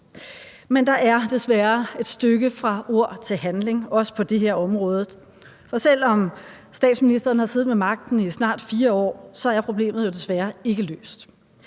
Men der er desværre et stykke fra ord til handling, også på det her område, og selv om statsministeren har siddet ved magten i snart 4 år, er problemet jo desværre ikke løst.